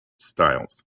styles